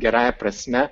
gerąja prasme